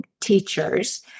teachers